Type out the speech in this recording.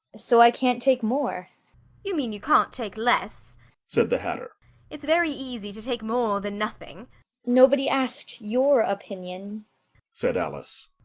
so i can't take more you mean you can't take less said the hatter it's very easy to take more than nothing nobody asked your opinion said alice.